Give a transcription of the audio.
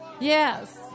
Yes